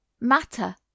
Matter